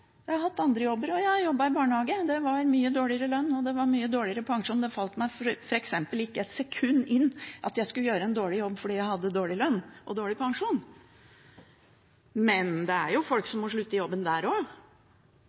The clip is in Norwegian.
Jeg har hatt andre jobber også, jeg har jobbet i barnehage. Det var mye dårligere lønn, og det var mye dårligere pensjon. Det falt meg f.eks. ikke et sekund inn at jeg skulle gjøre en dårlig jobb fordi jeg hadde dårlig lønn og dårlig pensjon. Men det er jo folk som må slutte i jobben der